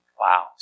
Wow